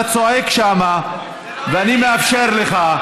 אתה צועק שם ואני מאפשר לך,